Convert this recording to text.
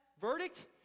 verdict